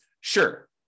Sure